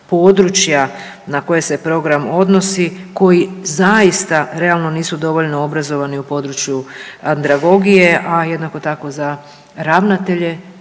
područja na koje se program odnosi koji zaista realno nisu dovoljno obrazovani u području andragogije, a jednako tako za ravnatelje